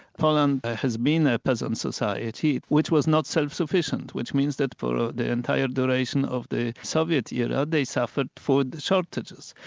poland ah had been a peasant society, which was not self-sufficient, which means that for the entire duration of the soviet era, they suffered food shortages.